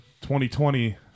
2020